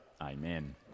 Amen